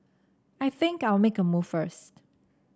I think I'll make a move first